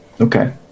Okay